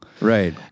Right